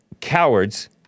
cowards